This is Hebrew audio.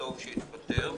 וטוב שהתפטר,